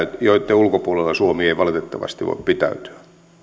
joitten ulkopuolella suomi ei valitettavasti voi pitäytyä